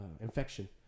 Infection